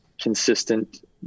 consistent